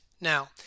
Now